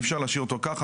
אי אפשר להשאירו כך.